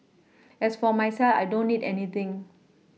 as for myself I don't need anything